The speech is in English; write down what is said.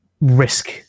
risk